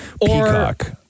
Peacock